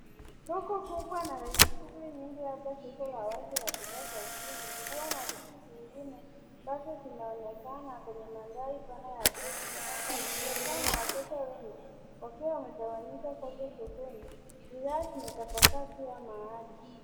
Soko kubwa na lenye shughuli nyingi labda soko la wazi la bidhaa za ufundi. Nguo na vitu zingine ambavyo vinaonekana kwenye mandhari pana ya soko. Kuna familia na wateja wengi wakiwa wamekusanyika huku sokoni. Bidhaa zimetapakaa kila mahali.